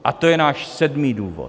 A to je náš sedmý důvod.